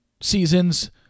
seasons